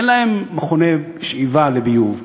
אין להם מכוני שאיבה לביוב,